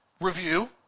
review